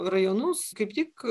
rajonus kaip tik